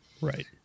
Right